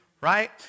right